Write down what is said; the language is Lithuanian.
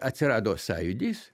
atsirado sąjūdis